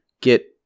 get